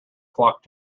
clock